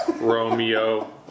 Romeo